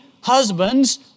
husbands